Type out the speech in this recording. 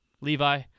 Levi